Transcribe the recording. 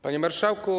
Panie Marszałku!